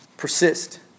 Persist